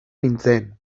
nintzen